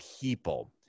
people